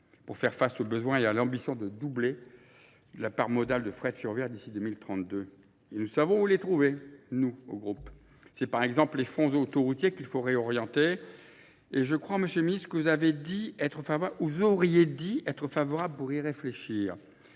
Pour faire face aux besoins, il y a l'ambition de doubler la part modale de frais de fureur d'ici 2032. Et nous savons où les trouver, nous, au groupe. C'est par exemple les fonds autoroutiers qu'il faut réorienter. Et je crois, M. le Ministre, que vous auriez dit être favorable pour y réfléchir.